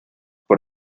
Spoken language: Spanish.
por